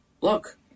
look